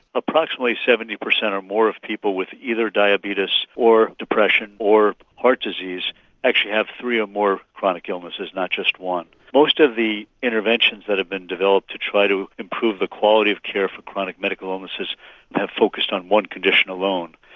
approximately seventy percent or more of people with either diabetes or depression or heart disease actually have three or more chronic illnesses not just one. most of the interventions that have been developed to try to improve the quality of care for chronic medical illnesses have focussed on one condition alone.